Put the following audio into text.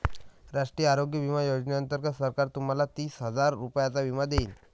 राष्ट्रीय आरोग्य विमा योजनेअंतर्गत सरकार तुम्हाला तीस हजार रुपयांचा विमा देईल